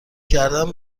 کردن